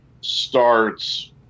starts